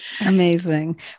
Amazing